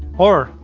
or,